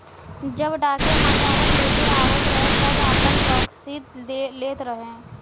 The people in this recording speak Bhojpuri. जब डाकिया मानीऑर्डर लेके आवत रहे तब आपन बकसीस लेत रहे